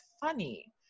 funny